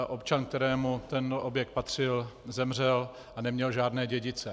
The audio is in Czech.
Občan, kterému objekt patřil, zemřel a neměl žádné dědice.